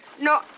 No